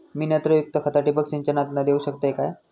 मी नत्रयुक्त खता ठिबक सिंचनातना देऊ शकतय काय?